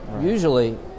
usually